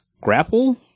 Grapple